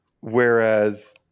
Whereas